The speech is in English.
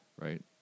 right